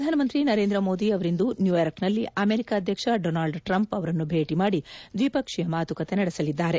ಪ್ರಧಾನಮಂತ್ರಿ ನರೇಂದ್ರ ಮೋದಿ ಅವರಿಂದು ನ್ಯೂಯಾರ್ಕ್ ನಲ್ಲಿ ಅಮೆರಿಕಾ ಅಧ್ಯಕ್ಷ ಡೋನಾಲ್ಡ್ ಟ್ರಂಪ್ ಅವರನ್ನು ಭೇಟಿ ಮಾಡಿ ದ್ವಿಪಕ್ಷೀಯ ಮಾತುಕತೆ ನಡೆಸಲಿದ್ದಾರೆ